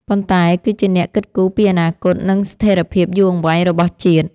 ប៉ុន្តែគឺជាអ្នកគិតគូរពីអនាគត និងស្ថិរភាពយូរអង្វែងរបស់ជាតិ។